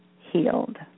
healed